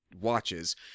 watches